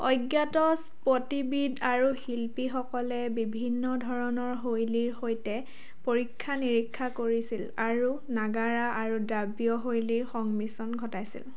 অজ্ঞাত স্থপতিবিদ আৰু শিল্পীসকলে বিভিন্ন ধৰণৰ শৈলীৰ সৈতে পৰীক্ষা নিৰীক্ষা কৰিছিল আৰু নাগাৰা আৰু দ্ৰাবিড় শৈলীৰ সংমিশ্ৰণ ঘটাইছিল